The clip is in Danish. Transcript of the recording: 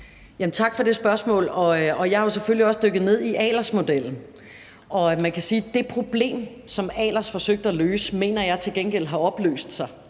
Tak for det spørgsmål. Jeg har jo selvfølgelig også dykket ned i Tommy Ahlers-modellen. Det problem, som Tommy Ahlers forsøgte at løse, mener jeg til gengæld har opløst sig